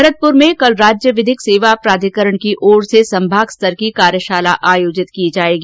भरतपुर में कल राज्य विधिक सेवा प्राधिकरण की ओर से संभागस्तरीय कार्यशाला आयोजित की जाएगी